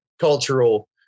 cultural